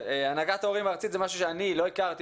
הנהגת ההורים הארצית היא משהו שאני לא הכרתי